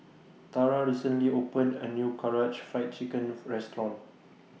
Tara recently opened A New Karaage Fried Chicken Restaurant